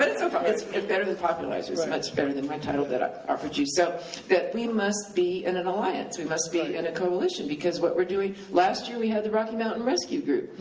better so better than popularizers, much better than my title that i offered you. so we must be in an alliance, we must be in a coalition, because what we're doing, last year we had the rocky mountain rescue group,